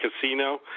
casino